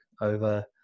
over